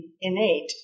innate